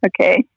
Okay